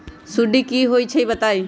सुडी क होई छई बताई?